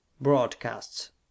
Broadcasts